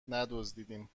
ندزدیدیم